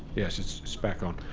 yes, it's back on.